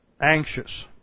anxious